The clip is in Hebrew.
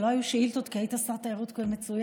שלא היו שאילתות כי היית שר תיירות מצוין.